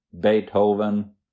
Beethoven